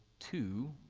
two,